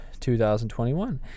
2021